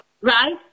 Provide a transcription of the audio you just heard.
Right